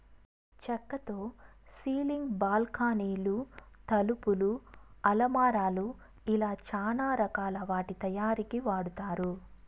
చక్కతో సీలింగ్, బాల్కానీలు, తలుపులు, అలమారాలు ఇలా చానా రకాల వాటి తయారీకి వాడతారు